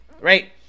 right